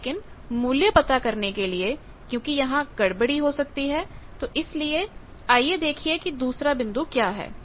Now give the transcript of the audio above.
लेकिन मूल्य पता करने के लिए क्योंकि यहां गड़बड़ी हो सकती है तो इसीलिए आइए देखिए कि दूसरा बिंदु क्या है